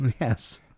Yes